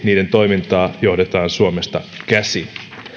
niiden toimintaa johdetaan tosiasiallisesti suomesta käsin